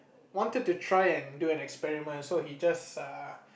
wanted to try and do an experiment so he just err